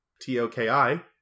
T-O-K-I